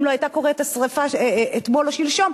אם לא היתה קורית השרפה אתמול או שלשום,